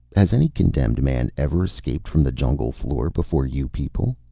has any condemned man ever escaped from the jungle floor before you people?